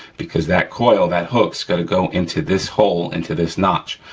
because that coil, that hook's gotta go into this hole, into this notch.